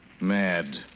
Mad